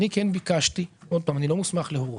אני לא מוסמך להורות.